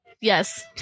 Yes